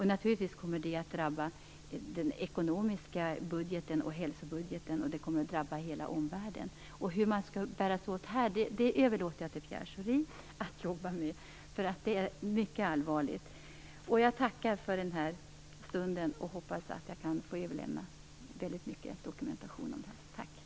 Naturligtvis kommer det att drabba den ekonomiska budgeten och hälsobudgeten, och det kommer att drabba hela omvärlden. Hur man skall bära sig åt här överlåter jag till Pierre Schori att jobba med. Det här är mycket allvarligt. Jag tackar för den här stunden och hoppas att jag snart kan få överlämna den dokumentation jag har om detta.